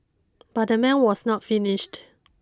but the man was not finished